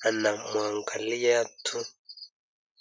anamwangalia tu.